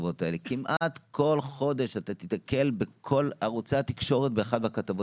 כמעט כל חודש אתה תתקל בכל ערוצי התקשורת באחת מהכתבות,